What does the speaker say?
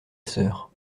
sœur